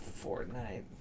Fortnite